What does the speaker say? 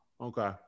Okay